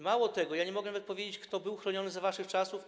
Mało tego, ja nie mogę nawet powiedzieć, kto był chroniony za waszych czasów.